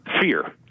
fear